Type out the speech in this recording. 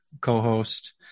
co-host